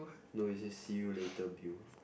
no it says see you later Bill